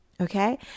Okay